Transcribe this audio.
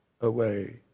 away